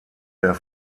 der